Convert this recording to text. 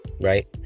right